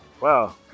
Wow